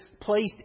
placed